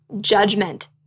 judgment